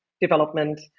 development